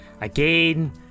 again